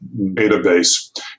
database